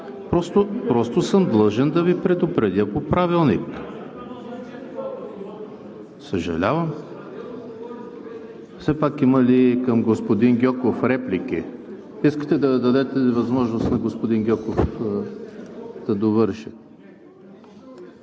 Просто съм длъжен да Ви предупредя по Правилник. (Реплики.) Съжалявам. Все пак има ли към господин Гьоков реплики? Искате да дадете възможност на господин Гьоков да довърши.